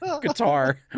guitar